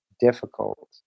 difficult